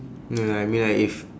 no lah I mean like if